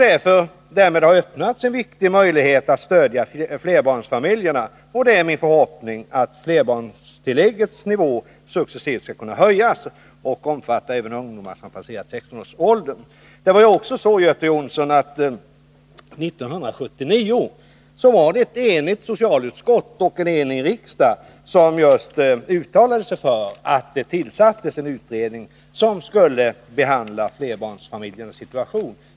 Därmed har det öppnats en viktig möjlighet att stödja flerbarnsfamiljerna. Det är min förhoppning att flerbarnstilläggets nivå successivt skall kunna höjas och att det skall kunna omfatta även ungdomar som passerat 16 års ålder. 1979, Göte Jonsson, uttalade sig ett enigt socialutskott och en enig riksdag för att en utredning skulle tillsättas med uppgift att behandla flerbarnsfamiljernas situation.